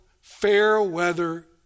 fair-weather